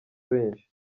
benshi